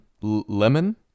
Lemon